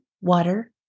water